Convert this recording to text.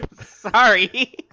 Sorry